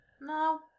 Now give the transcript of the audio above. No